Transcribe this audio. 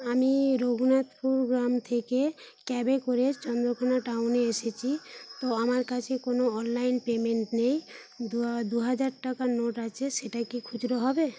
আমি রঘুনাথপুর গ্রাম থেকে ক্যাবে করে চন্দ্রকোণা টাউনে এসেছি তো আমার কাছে কোনো অনলাইন পেমেন্ট নেই দুহা দুহাজার টাকার নোট আছে সেটা কি খুচরো হবে